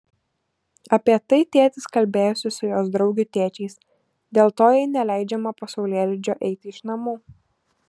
apie tai tėtis kalbėjosi su jos draugių tėčiais dėl to jai neleidžiama po saulėlydžio eiti iš namų